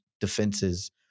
defenses